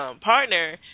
partner